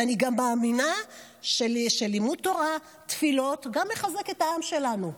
ואני גם מאמינה שלימוד תורה ותפילות גם מחזקים את העם שלנו.